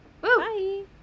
Bye